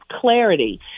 clarity